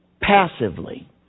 passively